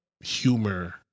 humor